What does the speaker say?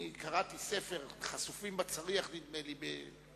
שקראתי ספר, "חשופים בצריח", נדמה לי.